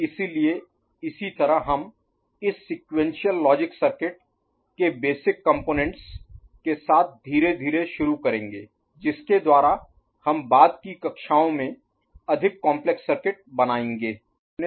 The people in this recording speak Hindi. इसलिए इसी तरह हम इस सीक्वेंशियल लॉजिक सर्किट के बेसिक कंपोनेंट्स Basic Components बुनियादी घटकों के साथ धीरे धीरे शुरू करेंगे जिसके द्वारा हम बाद की कक्षाओं में अधिक काम्प्लेक्स Complex जटिल सर्किट बनाएंगे